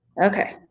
okay,